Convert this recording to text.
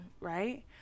right